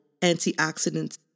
antioxidants